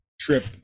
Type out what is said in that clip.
trip